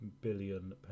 billion